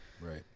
Right